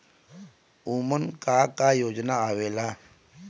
उमन का का योजना आवेला?